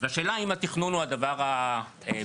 והשאלה אם התכנון הוא הדבר הבעייתי.